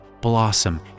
blossom